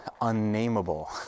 unnameable